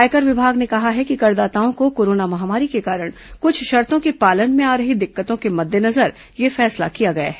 आयकर विभाग ने कहा है कि करदाताओं को कोरोना महामारी के कारण क्छ शर्तों के पालन में आ रही दिक्कतों के मद्देनजर यह फैसला किया गया है